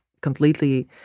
completely